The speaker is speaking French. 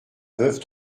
veuve